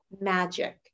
magic